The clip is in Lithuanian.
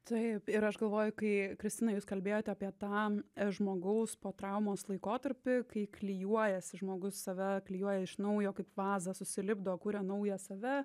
taip ir aš galvoju kai kristina jūs kalbėjot apie tą žmogaus po traumos laikotarpį kai klijuojasi žmogus save klijuoja iš naujo kaip vazą susilipdo kuria naują save